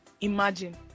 imagine